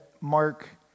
Mark